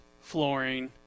flooring